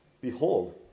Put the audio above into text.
Behold